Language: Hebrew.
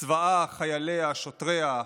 צבאה, חייליה, שוטריה,